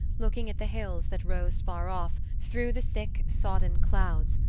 looking at the hills that rose far off, through the thick sodden clouds,